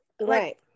Right